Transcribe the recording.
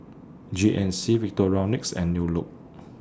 G N C Victorinox and New Look